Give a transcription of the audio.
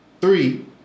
Three